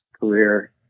career